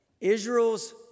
Israel's